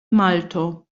malto